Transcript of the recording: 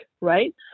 right